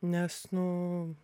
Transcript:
nes nu